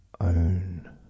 own